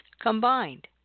combined